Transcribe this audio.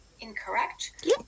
incorrect